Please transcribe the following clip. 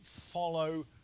follow